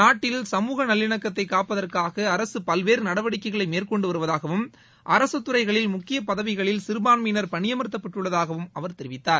நாட்டில் சமூக நல்லிணக்கத்தை காப்பதற்காக அரசு பல்வேறு நடவடிக்கைகளை மேற்கொண்டு வருவதாகவும் அரசு துறைகளில் முக்கிய பதவிகளில் சிறுபான்மையினர் பணியமர்த்தப்பட்டுள்ளதாகவும் அவர் தெரிவித்தார்